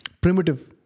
primitive